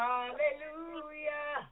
Hallelujah